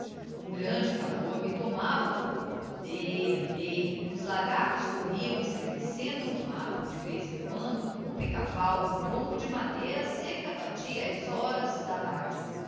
um grande calor me tomava o corpo andei andei os lagartos corriam estremecendo o matto de vez em quando um pica páo n'um tronco de madeira secca batia as horas da tarde